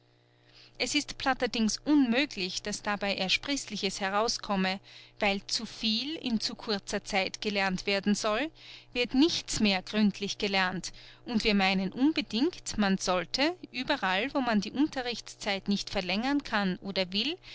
es ist platterdings unmöglich daß dabei ersprießliches heraus komme weil zuviel in zu kurzer zeit gelernt werden soll wird nichts mehr gründlich gelernt und wir meinen unbedingt man sollte überall wo man die unterrichtszeit nicht verlängern kann oder will